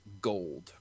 gold